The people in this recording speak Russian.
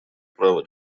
права